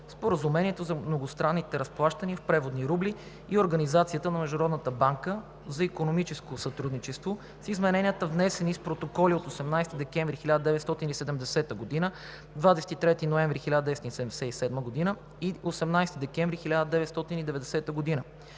Споразумението за многостранните разплащания в преводни рубли и организацията на Международната банка за икономическо сътрудничество, с измененията, внесени с протоколи от 18 декември 1970 г., 23 ноември 1977 г. и 18 декември 1990 г.,